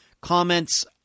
comments